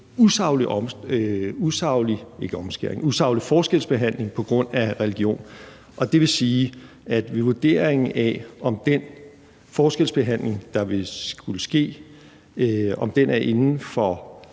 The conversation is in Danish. usaglig forskelsbehandling på grund af religion. Det vil sige, at ved vurderingen af, om den forskelsbehandling, der ville skulle ske, er inden for